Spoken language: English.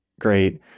Great